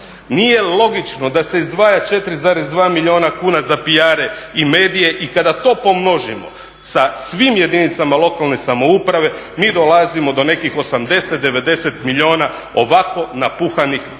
Nije logično da se izdvaja 4,2 milijuna kuna za PR-e i medije i kada to pomnožimo sa svim jedinicama lokalne samouprave mi dolazimo do nekih 80, 90 milijuna ovako napuhanih